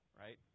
right